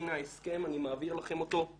הנה ההסכם, אני מעביר לכם אותו.